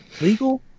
legal